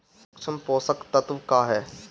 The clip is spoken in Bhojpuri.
सूक्ष्म पोषक तत्व का ह?